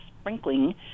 sprinkling